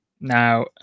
Now